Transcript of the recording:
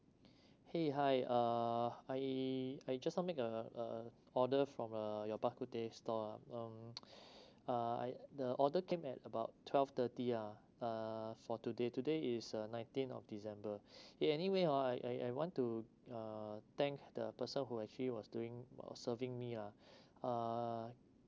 !hey! hi uh I I just now make a uh order from uh your bak kut teh store ah mm ah I the order came at about twelve thirty ya uh for today today is a nineteen of december eh anyway ah I I want to uh thank the person who actually was doing uh serving me ah ah